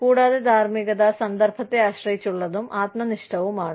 കൂടാതെ ധാർമ്മികത സന്ദർഭത്തെ ആശ്രയിച്ചുള്ളതും ആത്മനിഷ്ഠവുമാണ്